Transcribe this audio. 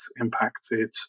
impacted